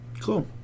Cool